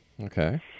Okay